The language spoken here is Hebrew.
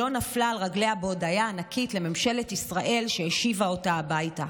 שלא נפלה על רגליה בהודיה ענקית לממשלת ישראל שהשיבה אותה הביתה.